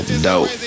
dope